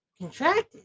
contracted